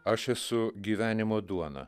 aš esu gyvenimo duona